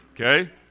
okay